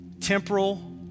temporal